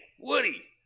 Woody